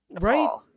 right